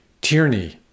tyranny